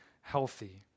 healthy